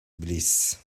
bliss